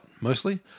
mostly